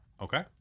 Okay